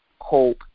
hope